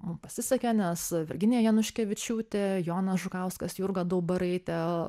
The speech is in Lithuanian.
mum pasisekė nes virginija januškevičiūtė jonas žukauskas jurga daubaraite